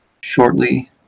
shortly